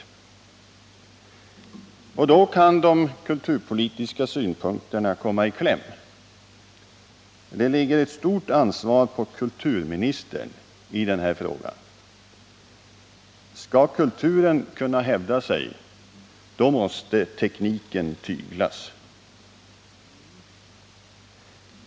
Och då kan de kulturpolitiska synpunkterna komma i kläm. Det ligger ett stort ansvar på kulturministern i denna fråga. Skall kulturen kunna hävda sig, då måste tekniken tyglas.